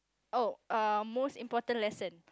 oh um most important lesson